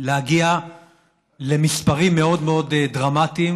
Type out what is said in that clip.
להגיע למספרים מאוד מאוד דרמטיים